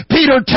Peter